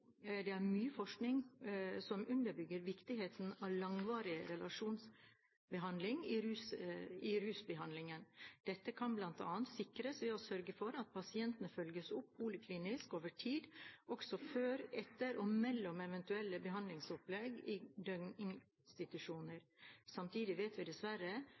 Det er mye forskning som underbygger viktigheten av langvarige relasjoner i rusbehandlingen. Dette kan bl.a. sikres ved å sørge for at pasientene følges opp poliklinisk over tid, også før, etter og mellom eventuelle behandlingsopphold i døgninstitusjoner. Samtidig vet vi dessverre